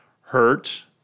hurt